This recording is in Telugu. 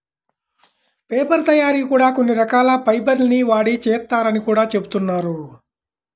పేపర్ తయ్యారీ కూడా కొన్ని రకాల ఫైబర్ ల్ని వాడి చేత్తారని గూడా జెబుతున్నారు